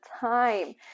time